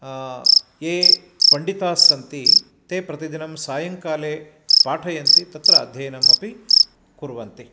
ये पण्डिताः सन्ति ते प्रतिदिनं सायङ्काले पाठयन्ति तत्र अध्ययनमपि कुर्वन्ति